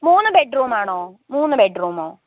മൂന്ന് ബെഡ്റൂം ആണോ മൂന്ന് ബെഡ്റൂമോ